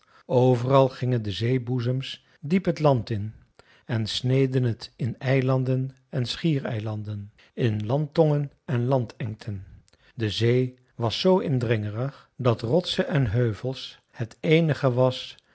overal gingen de zeeboezems diep het land in en sneden het in eilanden en schiereilanden in landtongen en landengten de zee was z indringerig dat rotsen en heuvels het eenige was